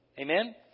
Amen